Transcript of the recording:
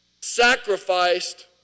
sacrificed